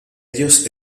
ellos